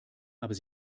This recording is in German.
aber